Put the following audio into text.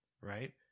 Right